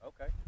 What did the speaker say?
Okay